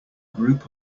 group